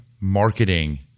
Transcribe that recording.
marketing